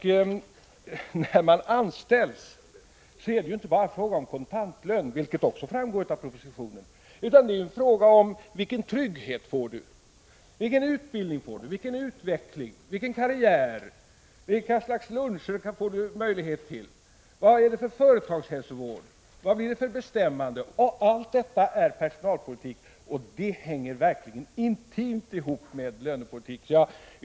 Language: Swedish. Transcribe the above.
När man anställs är det ju inte bara en fråga om kontantlönen, vilket också framgår av propositionen. Det är också en fråga om vilken trygghet du får, vilken utbildning du får, vilken utveckling du får, vilka karriärmöjligheter du har och vilka slags luncher du får möjlighet till, vad det är för företagshälsovård och vad det blir för medbestämmande. Allt detta är personalpolitik, och det hänger verkligen intimt ihop med lönepolitik.